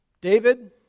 David